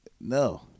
no